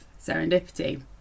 serendipity